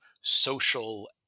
social